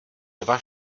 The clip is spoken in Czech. dva